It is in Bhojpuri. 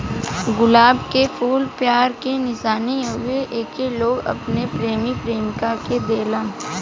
गुलाब के फूल प्यार के निशानी हउवे एके लोग अपने प्रेमी प्रेमिका के देलन